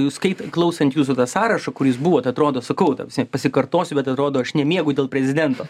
jūs skait klausant jūsų tą sąrašą kur jūs buvot atrodo sakau ta prasme pasikartosiu bet atrodo aš nemiegu dėl prezidento